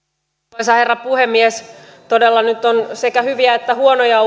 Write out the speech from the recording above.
arvoisa herra puhemies todella nyt on sekä hyviä että huonoja